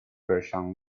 persian